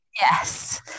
yes